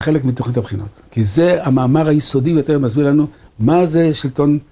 חלק מתוכן הבחינות כי זה המאמר היסודי יותר מסביר לנו מה זה שלטון